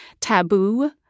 taboo